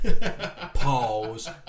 Pause